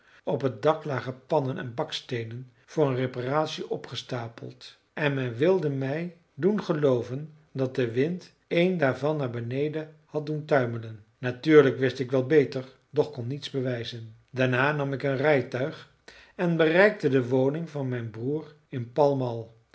op het dak lagen pannen en baksteenen voor een reparatie opgestapeld en men wilde mij doen gelooven dat de wind een daarvan naar beneden had doen tuimelen natuurlijk wist ik wel beter doch kon niets bewijzen daarna nam ik een rijtuig en bereikte de woning van mijn broer in pall